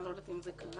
אני לא יודעת אם זה קרה.